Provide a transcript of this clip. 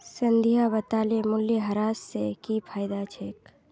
संध्या बताले मूल्यह्रास स की फायदा छेक